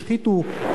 השחיתו,